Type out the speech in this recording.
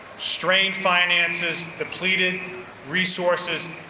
strained finances, depleted resources,